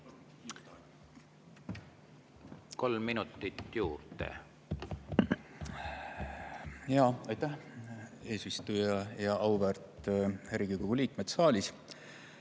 Kolm minutit juurde. Aitäh, eesistuja! Auväärt Riigikogu liikmed saalis!